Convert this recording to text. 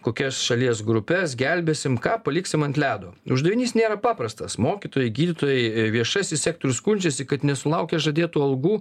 kokias šalies grupes gelbėsim ką paliksim ant ledo uždavinys nėra paprastas mokytojai gydytojai viešasis sektorius skundžiasi kad nesulaukia žadėtų algų